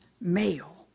male